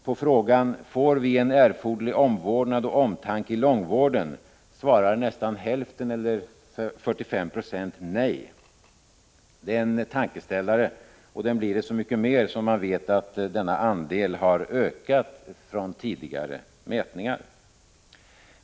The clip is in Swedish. På frågan ”Får vi en erforderlig omvårdnad och omtanke i långvården?” svarar nästan hälften, eller 45 96, nej. Det är en tankeställare, så mycket mer som man vet att denna andel har ökat från tidigare mätningar.